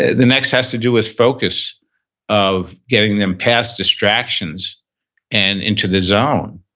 the next has to do with focus of getting them past distractions and into the zone.